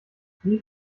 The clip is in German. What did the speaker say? wie